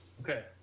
Okay